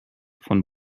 von